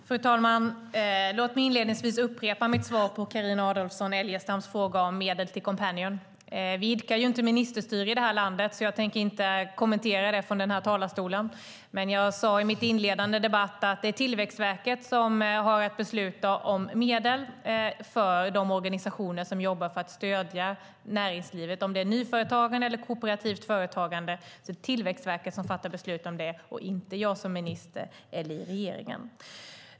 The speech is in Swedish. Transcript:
Fru talman! Låt mig inledningsvis upprepa mitt svar på Carina Adolfsson Elgestams fråga om medel till Coompanion. Vi idkar inte ministerstyre i detta land, så jag tänker inte kommentera detta från denna talarstol. Men jag sade i mitt inledande anförande att det är Tillväxtverket som har att besluta om medel till de organisationer som jobbar för att stödja näringslivet. Om det är nyföretagande eller kooperativt företagande så är det Tillväxtverket som fattar beslut om det och inte jag som minister eller regeringen.